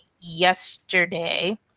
yesterday